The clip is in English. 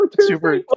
Super